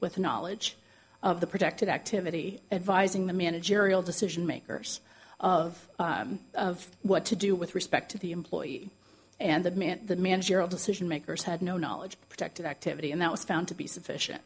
with knowledge of the protected activity advising the managerial decision makers of of what to do with respect to the employee and the man at the managerial decision makers had no knowledge protected activity and that was found to be sufficient